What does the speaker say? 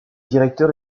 directeur